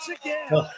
again